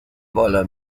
بالا